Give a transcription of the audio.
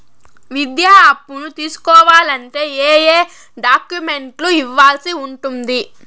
విద్యా అప్పును తీసుకోవాలంటే ఏ ఏ డాక్యుమెంట్లు ఇవ్వాల్సి ఉంటుంది